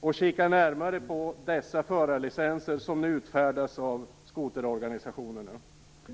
och kika närmare på de förarlicenser som nu utfärdas av skoterorganisationerna?